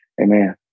Amen